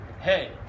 Hey